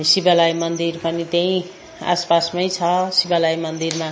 शिवालय मन्दिर पनि त्यहीँ आसपासमै छ शिवालय मन्दिरमा